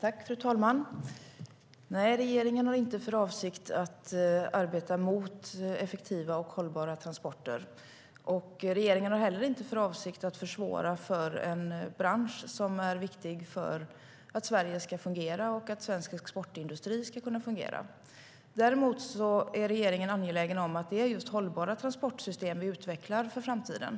Fru talman! Nej, regeringen har inte för avsikt att motarbeta effektiva och hållbara transporter. Regeringen har heller inte för avsikt att försvåra för en bransch som är viktig för att Sverige och dess exportindustri ska kunna fungera. Däremot är regeringen angelägen om att det är just hållbara transportsystem vi utvecklar för framtiden.